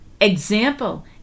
example